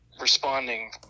responding